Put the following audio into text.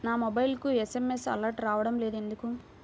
నా మొబైల్కు SMS alerts రావడం లేదు ఎందుకు?